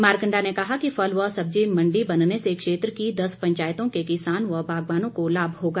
मारकंडा ने कहा कि फल व सब्जी मंडी बनने से क्षेत्र की दस पंचायतों के किसान व बागवानों को लाभ होगा